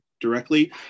directly